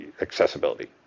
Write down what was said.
accessibility